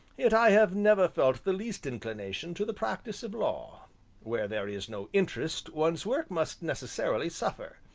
yet i have never felt the least inclination to the practice of law where there is no interest one's work must necessarily suffer,